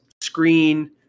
screen